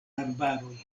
arbaroj